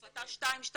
החלטה מס' מ-2017,